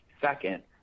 Second